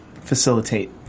facilitate